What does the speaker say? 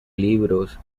libros